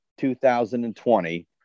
2020